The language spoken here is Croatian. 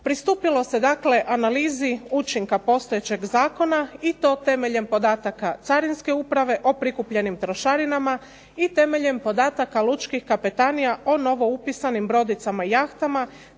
Pristupilo se dakle analizi učinka postojećeg zakona i to temeljem podataka Carinske uprave o prikupljenim trošarinama i temeljem podatak lučkih kapetanija o novoupisanim brodicama i jahtama,